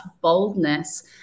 boldness